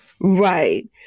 Right